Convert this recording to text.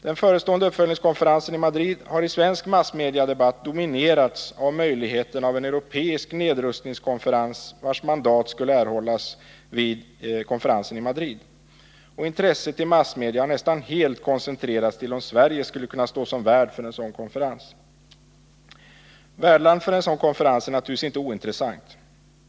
Den förestående uppföljningskonferensen i Madrid har i svensk massmediadebatt dominerats av möjligheten av en europeisk nedrustningskonferens, vars mandat skulle erhållas vid konferensen i Madrid. Intresset har nästan helt varit koncentrerat till huruvida Sverige skulle kunna stå som värd för en sådan konferens. Frågan om vilket land som skulle stå som värd för en sådan konferens är naturligtvis inte ointressant.